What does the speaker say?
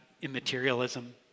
immaterialism